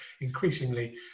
increasingly